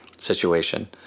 Situation